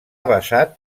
basat